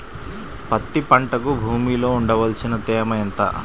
పత్తి పంటకు భూమిలో ఉండవలసిన తేమ ఎంత?